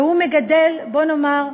והוא מגדל, בוא נאמר,